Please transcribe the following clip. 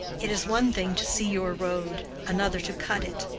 it is one thing to see your road, another to cut it.